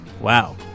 Wow